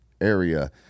area